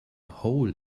hole